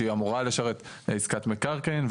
שהיא אמורה לשרת עסקת מקרקעין.